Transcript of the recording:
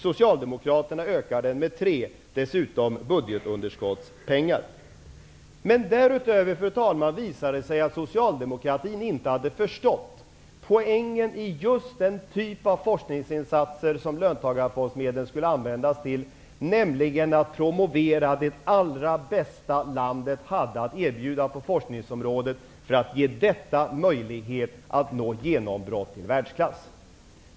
Socialdemokraterna ökade den med 3, till på köpet budgetunderskottspengar. Därutöver, fru talman, visade det sig, att socialdemokraterna inte hade förstått poängen i just den typ av forskningsinsatser som löntagarfondsmedlen skulle användas till, nämligen att promovera det allra bästa landet hade att erbjuda på forskningsområdet för att ge detta möjlighet att nå genombrott i världsklass.